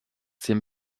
dem